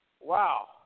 Wow